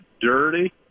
dirty